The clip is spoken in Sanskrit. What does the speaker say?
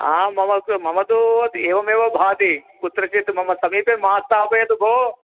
आम् मम तु मम तु एवम् एव भाति कुत्रचित् मम समीपे मा स्थापयतु भोः